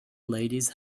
ladies